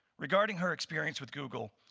regarding her experience with google,